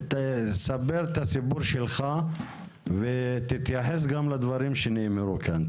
תספר את הסיפור שלך ותתייחס גם לדברים שנאמרו כאן.